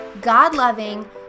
God-loving